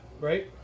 right